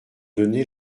donné